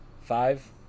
Five